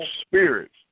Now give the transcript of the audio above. spirits